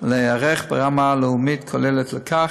להיערך ברמה לאומית כוללת לכך.